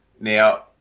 Now